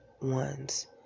ones